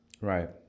right